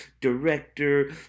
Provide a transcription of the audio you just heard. director